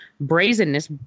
brazenness